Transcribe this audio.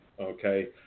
Okay